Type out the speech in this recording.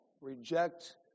reject